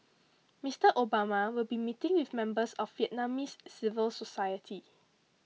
Mister Obama will be meeting with members of Vietnamese civil society